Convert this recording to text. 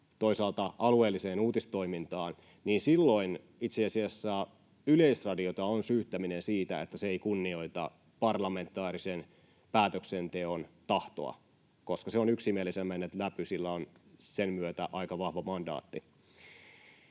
toisaalta alueelliseen uutistoimintaan, niin silloin itse asiassa Yleisradiota on syyttäminen siitä, että se ei kunnioita parlamentaarisen päätöksenteon tahtoa. Koska se on yksimielisenä mennyt läpi, sillä on sen myötä aika vahva mandaatti.